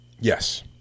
yes